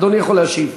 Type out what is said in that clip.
אדוני יכול להשיב.